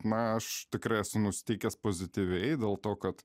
na aš tikrai esu nusiteikęs pozityviai dėl to kad